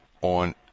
on